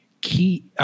Key